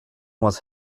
was